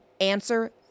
Answer